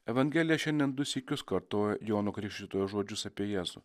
evangelija šiandien du sykius kartoja jono krikštytojo žodžius apie jėzų